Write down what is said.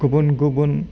गुबुन गुबुन